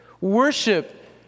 Worship